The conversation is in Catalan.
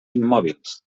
immòbils